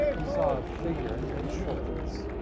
you saw a figure, head, shoulders,